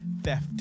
Theft